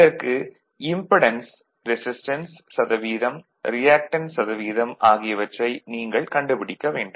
இதற்கு impedance resistance சதவீதம் reactance சதவீதம் ஆகியவற்றை நீங்கள் கண்டுபிடிக்க வேண்டும்